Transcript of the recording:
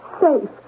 safe